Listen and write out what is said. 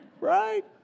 Right